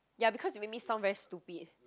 ya because you make me sound very stupid